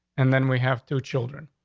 and then we have two children.